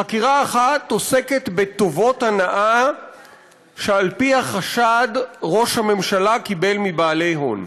חקירה אחת עוסקת בטובות הנאה שעל-פי החשד ראש הממשלה קיבל מבעלי הון.